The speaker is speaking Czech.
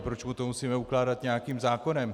Proč mu to musíme ukládat nějakým zákonem?